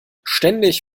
ständig